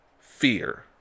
fear